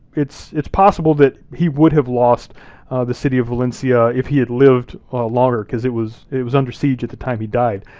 it's it's possible that he would have lost the city of valencia if he had lived longer, cause it was it was under siege at the time he died.